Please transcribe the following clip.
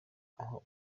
aho